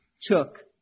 took